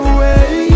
Away